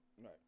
Right